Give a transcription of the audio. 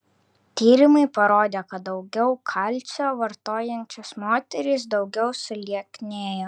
tyrimai parodė kad daugiau kalcio vartojančios moterys daugiau sulieknėjo